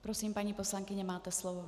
Prosím, paní poslankyně, máte slovo.